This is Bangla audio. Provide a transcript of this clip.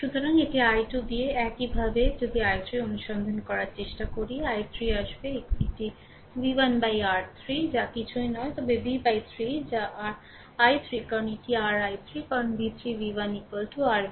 সুতরাং এটি i2 দিয়ে 4 একইভাবে হবে যদি i3 অনুসন্ধান করার চেষ্টা করে i3 আসবে এটি v1 বাই r 3 যা কিছুই নয় তবে v 3 যা r i3 কারণ এটি r i3 কারণ v3 v1 r v